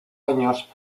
años